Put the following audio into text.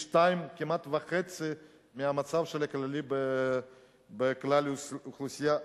פי-2.5 מהמצב הכללי בכלל האוכלוסייה,